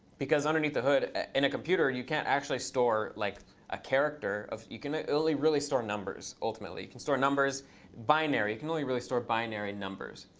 because underneath the hood in a computer, you can't actually store like a character. you can only really store numbers, ultimately. you can store numbers binary. you can only really store binary numbers.